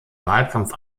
wahlkampf